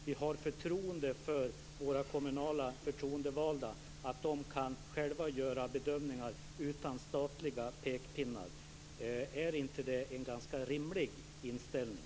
Vi har förtroende för våra kommunala förtroendevalda, att de själva kan göra bedömningar utan statliga pekpinnar. Är inte det en ganska rimlig inställning?